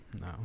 No